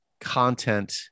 content